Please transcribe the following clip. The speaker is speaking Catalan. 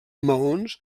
maons